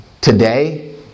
Today